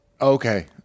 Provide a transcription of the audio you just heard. Okay